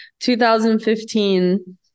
2015